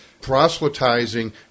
proselytizing